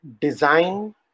design